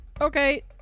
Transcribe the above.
Okay